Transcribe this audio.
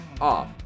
off